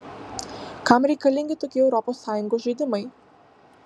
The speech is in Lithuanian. kam reikalingi tokie europos sąjungos žaidimai